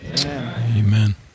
Amen